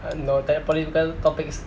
uh no political topics